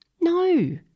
no